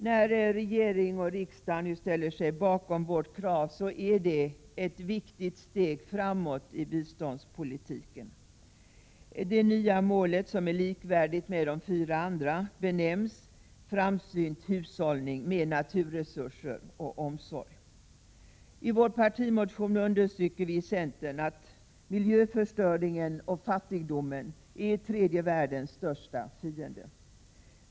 När regering och riksdag nu ställer sig bakom vårt krav är det ett viktigt steg framåt i biståndspolitiken. Det nya målet, som är likvärdigt med de fyra andra, benämns ”framsynt hushållning med naturresurser och omsorg”. I vår partimotion understryker vi att miljöförstöringen och fattigdomen är tredje världens största fiende.